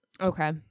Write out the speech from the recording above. Okay